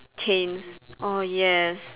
chains oh yes